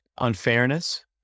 unfairness